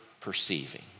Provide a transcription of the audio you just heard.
perceiving